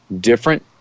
different